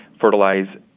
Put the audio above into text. fertilize